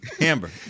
Amber